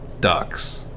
ducks